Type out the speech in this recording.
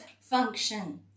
function